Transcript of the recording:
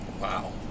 Wow